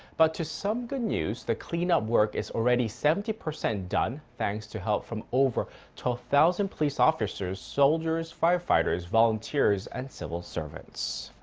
but to some good news. the clean-up work is already seventy percent done. thanks to help from over twelve thousand police officers, soldiers, firefighters, volunteers and civil servants.